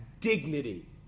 dignity